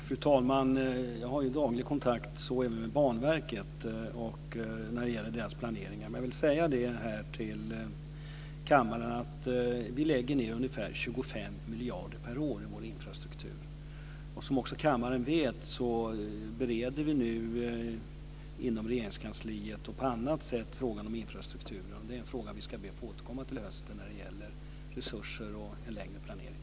Fru talman! Jag har daglig kontakt även med Banverket när det gäller planeringen. Jag vill säga till kammaren att vi lägger ned ungefär 25 miljarder per år i vår infrastruktur. Som kammaren också vet bereder vi nu inom Regeringskansliet och på annat sätt frågan om infrastrukturen. Det är en fråga som vi ska be att få återkomma till i höst när det gäller resurser och en längre planering.